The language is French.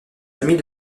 amis